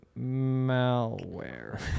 malware